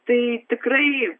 tai tikrai